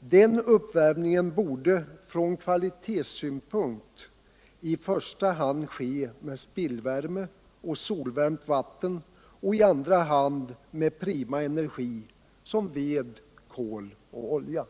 Denna uppvärmning borde från kvalitetssynpunkt i första hand ske med spillvärme och solvärmt vatten och i andra hand med prima energi, som ved, kol och olja.